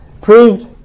proved